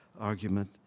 argument